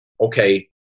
Okay